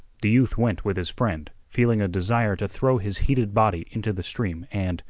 the youth went with his friend, feeling a desire to throw his heated body into the stream and,